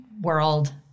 world